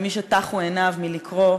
מי שטחו עיניו מלקרוא,